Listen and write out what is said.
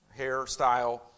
hairstyle